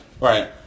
Right